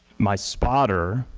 my spotter,